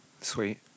Sweet